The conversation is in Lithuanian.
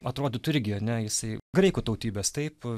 atrodytų irgi ane jisai graikų tautybės taip